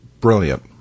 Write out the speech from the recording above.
brilliant